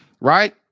right